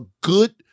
good